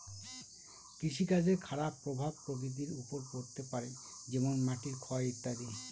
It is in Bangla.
কৃষিকাজের খারাপ প্রভাব প্রকৃতির ওপর পড়তে পারে যেমন মাটির ক্ষয় ইত্যাদি